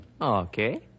Okay